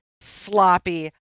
sloppy